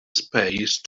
space